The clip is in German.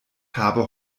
habe